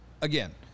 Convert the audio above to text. again